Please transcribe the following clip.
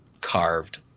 carved